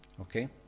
Okay